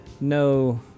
no